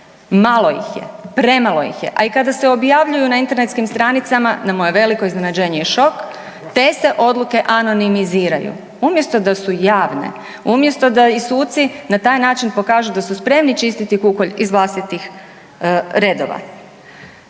Malo ih je, premalo ih je a i kada se objavljuju na internetskim stranicama na moje veliko iznenađenje je šok, te se odluke anonimiziraju umjesto da su javne, umjesto da suci i na taj način pokažu da su spremni čistiti kukolj iz vlastitih redova.